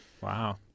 Wow